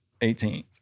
18th